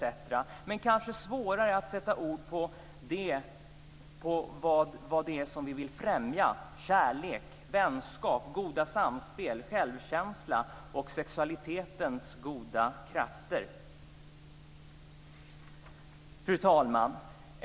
Men det är kanske svårare att sätta ord på det som vi vill främja: kärlek, vänskap, goda samspel, självkänsla och sexualitetens goda krafter. Fru talman!